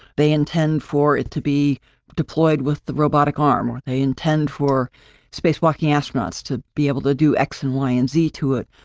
they intend for it to be deployed with the robotic arm, or they intend for spacewalking astronauts to be able to do x and y and z to it.